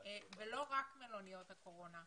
ולא רק מלוניות הקורונה,